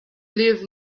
live